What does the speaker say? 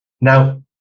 Now